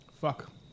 Fuck